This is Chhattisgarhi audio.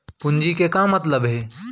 पूंजी के का मतलब हे?